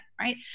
right